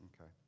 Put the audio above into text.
Okay